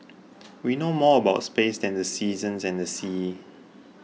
we know more about space than the seasons and the seas